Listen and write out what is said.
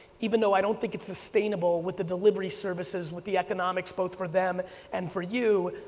even though i don't think it's sustainable with the delivery services with the economics both for them and for you.